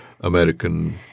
American